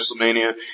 WrestleMania